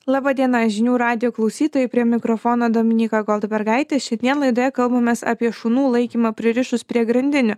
laba diena žinių radijo klausytojai prie mikrofono dominyka goldbergaitė šiandien laidoje kalbamės apie šunų laikymą pririšus prie grandinių